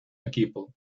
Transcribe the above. equipo